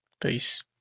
Peace